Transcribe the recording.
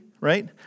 right